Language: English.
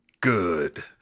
Good